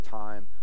time